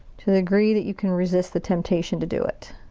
to the degree that you can resist the temptation to do it.